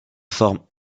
forme